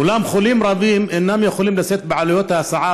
אולם חולים רבים אינם יכולים לשאת בעלויות ההסעה